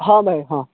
ହଁ ଭାଇ ହଁ